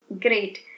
Great